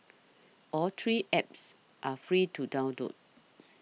all three apps are free to down